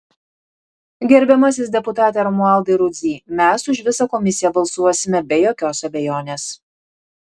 gerbiamasis deputate romualdai rudzy mes už visą komisiją balsuosime be jokios abejonės